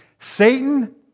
Satan